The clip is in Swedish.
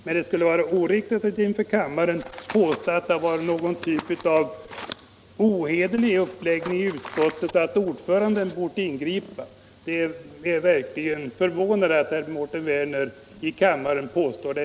Men det skulle vara oriktigt att inför kammaren påstå att det har varit någon typ av ohederlig uppläggning i utskottet och att ordföranden bort ingripa. Det är förvånande att herr Werner nu gör ett sådant påstående.